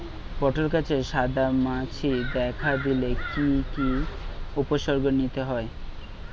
পটল গাছে সাদা মাছি দেখা দিলে কি কি উপসর্গ নিতে হয়?